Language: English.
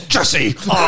Jesse